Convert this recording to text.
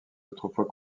autrefois